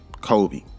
Kobe